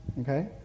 Okay